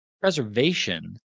Preservation